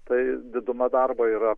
tai diduma darbo yra